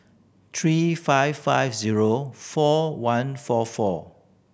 three five five zero four one four four